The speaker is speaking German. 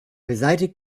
beseitigt